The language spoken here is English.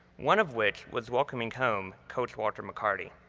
one of which was welcoming home coach walter mccarty.